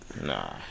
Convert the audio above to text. Nah